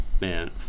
man